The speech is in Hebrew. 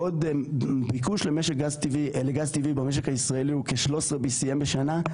בעוד ביקוש למשק גז טבעי במשק הישראלי הוא כ-BCM13 בשנה,